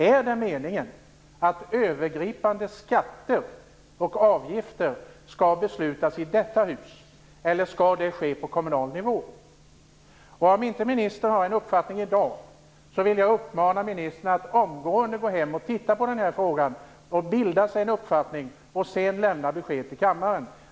Är det meningen att övergripande skatter och avgifter skall beslutas i detta hus, eller skall det ske på kommunal nivå? Om ministern inte har en uppfattning i dag vill jag uppmana ministern att omgående gå hem och titta på denna fråga och bilda sig en uppfattning och sedan lämna besked till kammaren.